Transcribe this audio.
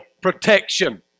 protection